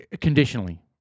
conditionally